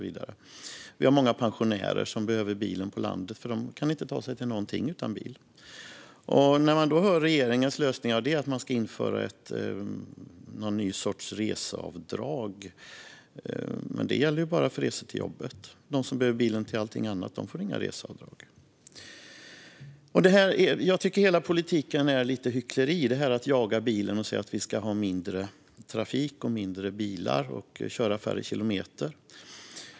Vi har många pensionärer som behöver bilen på landet, eftersom de inte kan ta sig någonstans utan bil. Då hör vi regeringens lösning om att införa någon ny sorts reseavdrag. Men det gäller bara för resor till jobbet. De som behöver bilen till allting annat får inget reseavdrag. Jag tycker att hela politiken är lite av ett hyckleri, alltså att jaga bilen och säga att vi ska ha mindre trafik, färre bilar och köra färre kilometer.